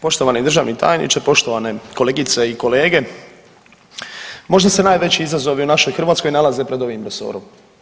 Je, poštovani državni tajniče, poštovane kolegice i kolege možda se najveći izazovi u našoj Hrvatskoj nalaze pred ovim resorom.